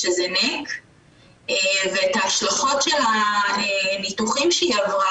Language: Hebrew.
שזה --- ואת ההשלכות של הניתוחים שהיא עברה